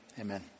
amen